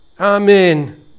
Amen